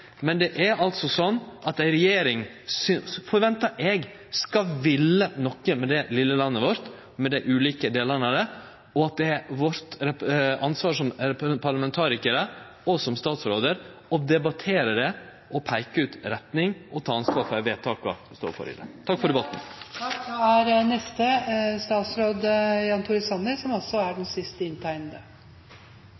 men det er altså sånn at eg forventar at ei regjering skal ville noko med det vesle landet vårt, med dei ulike delane av det. Det er vårt ansvar som parlamentarikarar og ansvaret til statsrådar å debattere det og peike ut retning og ta ansvar for dei vedtaka som vi står for. La meg innledningsvis understreke at dette er en viktig debatt, og jeg synes det har kommet mange interessante perspektiver inn i den.